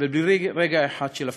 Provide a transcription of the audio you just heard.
בלי הפסקות ובלי רגע אחד של הפוגה.